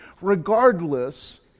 Regardless